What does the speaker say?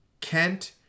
Kent